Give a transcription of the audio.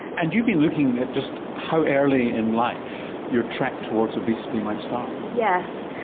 and you've been looking at just how early in life your track towards obesity might start. yes.